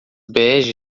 bege